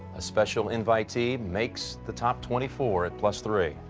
a special invitee makes the top twenty-four plus three